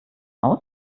aus